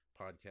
podcast